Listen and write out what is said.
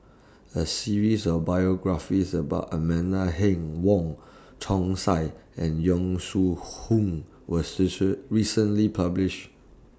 A series of biographies about Amanda Heng Wong Chong Sai and Yong Shu Hoong was recently published